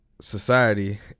society